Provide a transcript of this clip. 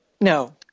No